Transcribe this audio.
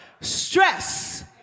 Stress